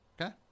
Okay